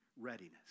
readiness